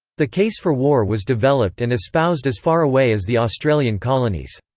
the case for war was developed and espoused as far away as the australian colonies.